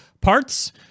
parts